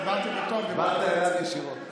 דיברתי, דיברת אליו ישירות.